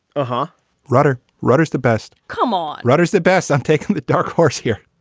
uh-huh rudder rotters. the best. come on. rudder is the best. i'm taking the dark horse here.